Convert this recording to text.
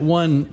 one